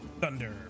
Thunder